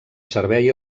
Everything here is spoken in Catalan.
servei